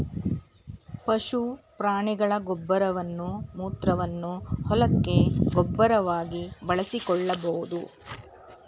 ಪಶು ಪ್ರಾಣಿಗಳ ಗೊಬ್ಬರವನ್ನು ಮೂತ್ರವನ್ನು ಹೊಲಕ್ಕೆ ಗೊಬ್ಬರವಾಗಿ ಬಳಸಿಕೊಳ್ಳಬೋದು